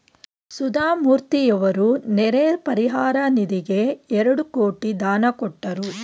ಸುಧಾಮೂರ್ತಿಯವರು ನೆರೆ ಪರಿಹಾರ ನಿಧಿಗೆ ಎರಡು ಕೋಟಿ ದಾನ ಕೊಟ್ಟರು